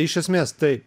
iš esmės tai